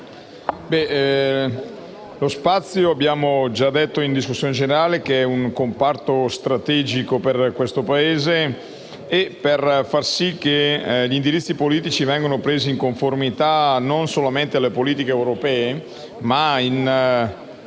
lo spazio - come abbiamo già detto in discussione generale - è un comparto strategico per il nostro Paese e per far sì che gli indirizzi politici vengano presi in conformità, non solamente delle politiche europee ma in